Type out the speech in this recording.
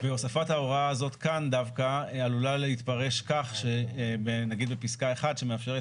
והוספת ההוראה הזו כאן דווקא יכולה להתפרש כך שנניח בפסקה (1) שמאפשרת